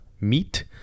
meat